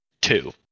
two